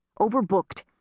overbooked